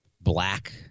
black